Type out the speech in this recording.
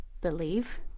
believe